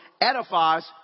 edifies